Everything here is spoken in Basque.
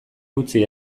utzi